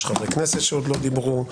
יש חברי כנסת שעוד לא דיברו.